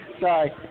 Sorry